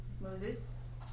moses